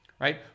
right